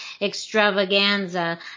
extravaganza